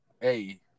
hey